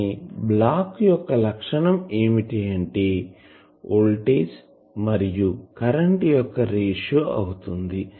కానీ బ్లాక్ యొక్క ఒక లక్షణం ఏమిటంటే వోల్టేజ్ మరియు కరెంటు యొక్క రేషియో అవుతుంది